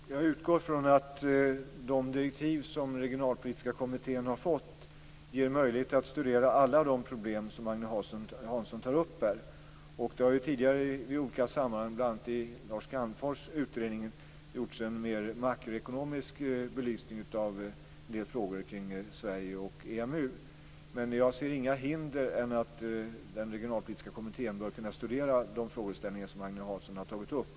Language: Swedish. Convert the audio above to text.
Fru talman! Jag utgår ifrån att de direktiv som Regionalpolitiska kommittén har fått ger möjlighet att studera alla de problem som Agne Hansson tar upp. Det har tidigare i olika sammanhang - bl.a. i Lars Calmfors utredning - gjorts en mer makroekonomisk belysning av en del frågor kring Sverige och EMU. Men jag ser inga hinder mot att den regionalpolitiska kommittén bör kunna studera de frågeställningar som Agne Hansson har tagit upp.